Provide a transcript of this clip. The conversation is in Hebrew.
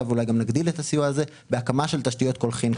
ואולי גם נגדיל את הסיוע הזה בהקמה של תשתיות קולחין.